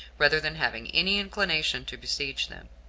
rather than having any inclination to besiege them.